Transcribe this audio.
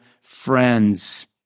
friends